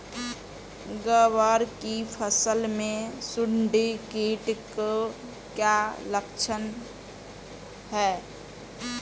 ग्वार की फसल में सुंडी कीट के क्या लक्षण है?